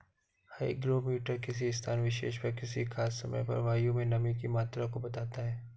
hygrometer किसी स्थान विशेष पर किसी खास समय पर वायु में नमी की मात्रा को बताता है